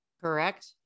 correct